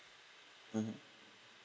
mmhmm